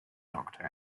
doctor